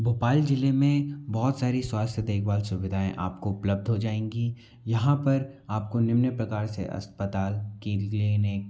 भोपाल ज़िले में बहुत सारी स्वास्थ्य देकभाल सुविधाएं आप को उपलब्ध हो जाएंगी यहाँ पर आप को निम्न प्रकार से अस्पताल कील क्लीनिक